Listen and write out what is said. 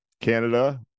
Canada